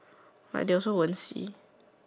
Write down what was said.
but they also won't see